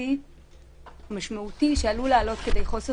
משפטי משמעותי שעלול לעלות עד כדי חוסר